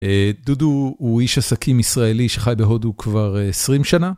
דודו הוא איש עסקים ישראלי שחי בהודו כבר 20 שנה.